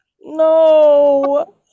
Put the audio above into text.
No